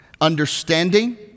understanding